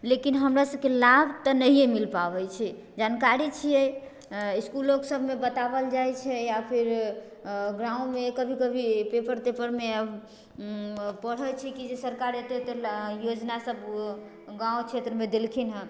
लेकिन हमरा सबके लाभ तऽ नहिए मिल पाबै छै जानकारी छिए इसकुलो सबमे बताओल जाइ छै या फिर गाँवमे कभी कभी पेपर तेपरमे पढ़ै छी कि जे सरकार एते एते योजना सब गाँव क्षेत्रमे देलखिन हँ